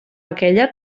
aquella